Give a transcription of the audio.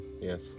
Yes